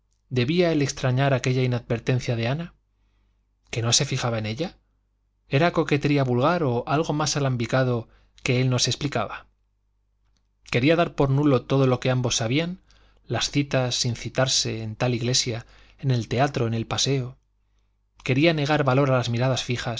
debía él extrañar aquella inadvertencia de ana que no se fijaba en ella era coquetería vulgar o algo más alambicado que él no se explicaba quería dar por nulo todo lo que ambos sabían las citas sin citarse en tal iglesia en el teatro en el paseo quería negar valor a las miradas fijas